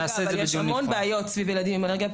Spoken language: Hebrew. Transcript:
אבל יש המון בעיות סביב ילדים עם אלרגיות.